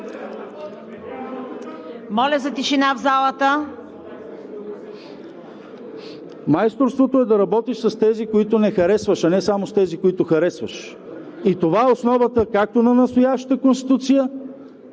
Моля за тишина в залата! ТОМА БИКОВ: Майсторството е да работиш с тези, които не харесваш, а не само с тези, които харесваш, и това е основата както на настоящата Конституция,